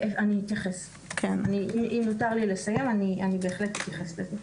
אם יותר לי לסיים, אתייחס לזה.